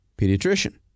pediatrician